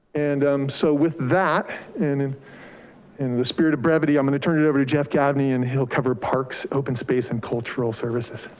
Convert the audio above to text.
and um so with that, and in in the spirit of brevity, i'm gonna turn it over to jeff gagne and he'll cover parks, open space and cultural services.